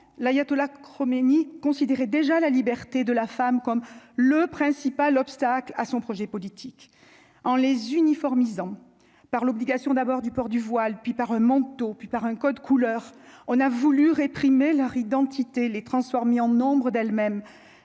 l'ayatollah chromé ni déjà la liberté de la femme comme le principal obstacle à son projet politique en les uniformise en par l'obligation d'abord du port du voile, puis par un manteau puis par un code couleur, on a voulu réprimer leur identité, les transformer en nombres d'elles-mêmes